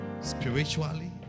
spiritually